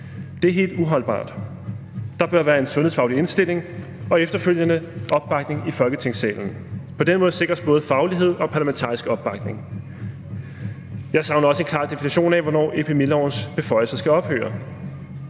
Det er helt uholdbart. Der bør være en sundhedsfaglig indstilling og efterfølgende opbakning i Folketingssalen. På den måde sikres både faglighed og parlamentarisk opbakning. Jeg savner også en klar definition af, hvornår epidemilovens beføjelser skal ophøre.